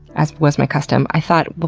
as was my custom, i thought,